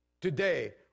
today